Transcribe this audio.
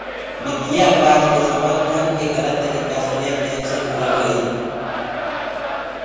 वित्तीय अपराध के संबंध धन के गलत तरीका से लेन देन से जुड़ल हइ